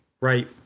Right